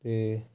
ਅਤੇ